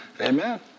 Amen